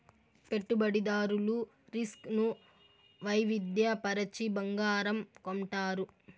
పెట్టుబడిదారులు రిస్క్ ను వైవిధ్య పరచి బంగారం కొంటారు